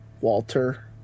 Walter